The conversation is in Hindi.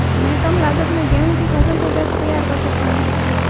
मैं कम लागत में गेहूँ की फसल को कैसे तैयार कर सकता हूँ?